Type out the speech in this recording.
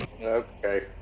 Okay